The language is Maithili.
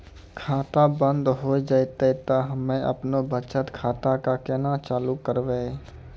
खाता बंद हो जैतै तऽ हम्मे आपनौ बचत खाता कऽ केना चालू करवै?